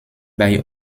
bei